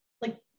Like-